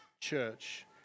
Church